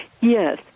yes